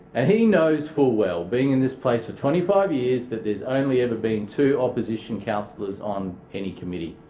ah he knows full well being in this place for twenty five years that there's only ever been two opposition councillors on any committee.